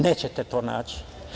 Nećete to naći.